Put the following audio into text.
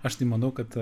aš tai manau kad